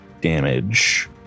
damage